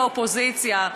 באופוזיציה,